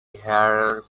hare